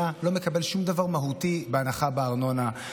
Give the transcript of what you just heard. לא מקבל שום דבר מהותי בהנחה בארנונה.